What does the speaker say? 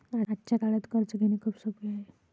आजच्या काळात कर्ज घेणे खूप सोपे आहे